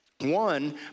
One